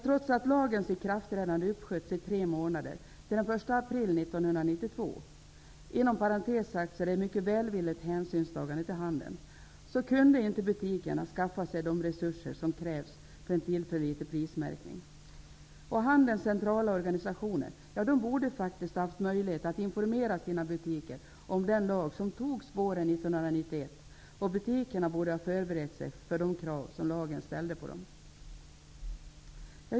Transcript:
Trots att lagens ikraftträdande uppsköts tre månader, till den 1 april 1992 -- inom parentes sagt är det ett mycket välvilligt hänsynstagande till handeln -- kunde butikerna inte skaffa sig de resurser som krävs för en tillförlitlig prismärkning. Handelns centrala organisationer borde faktiskt ha haft möjlighet att informera sina butiker om den lag som antogs våren 1991, och butikerna borde ha förberett sig för de krav som lagen ställde på dem.